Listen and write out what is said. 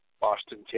Boston